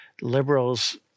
Liberals